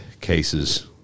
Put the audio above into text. cases